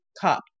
cup